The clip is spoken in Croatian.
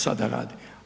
sada radi.